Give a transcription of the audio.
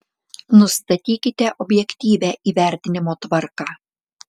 nustatykite objektyvią įvertinimo tvarką